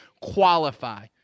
qualify